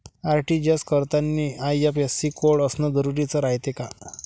RTGS करतांनी IFSC code असन जरुरी रायते का?